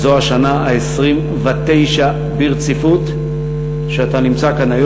זו השנה ה-29 ברציפות שאתה נמצא כאן.